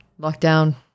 lockdown